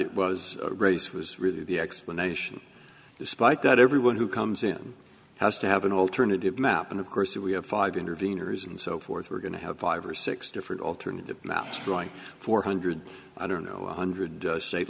it was race was really the explanation despite that everyone who comes in has to have an alternative map and of course if we have five intervenors and so forth we're going to have five or six different alternatives now going four hundred i don't know hundred state